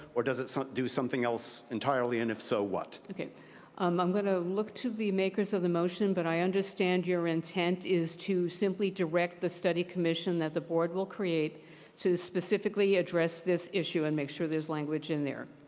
does it do something else entirely? and if so, what? um i'm going to look to the makers of the motion, but i understand your intent is to simply direct the study commission that the board will create to specifically address this issue and make sure there's language in there.